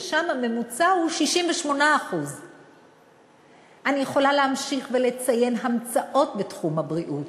ששם הממוצע הוא 68%. אני יכולה להמשיך ולציין המצאות בתחום הבריאות,